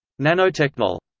nanotechnol.